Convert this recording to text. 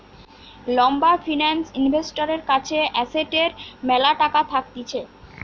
লম্বা ফিন্যান্স ইনভেস্টরের কাছে এসেটের ম্যালা টাকা থাকতিছে